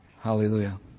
Hallelujah